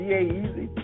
Easy